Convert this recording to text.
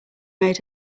made